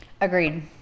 agreed